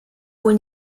wohl